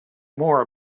more